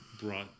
brought